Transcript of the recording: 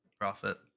profit